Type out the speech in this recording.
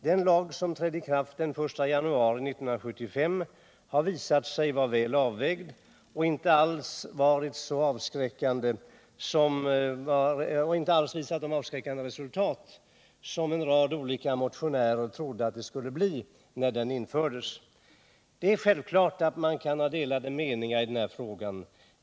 Den lag som trädde i kraft den 1 januari 1975 har visat sig vara väl avvägd och har inte alls givit det avskräckande resultat som en rad motionärer trodde att det skulle bli när den infördes. Det är självklart att man kan ha delade meningar i den här frågan.